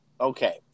Okay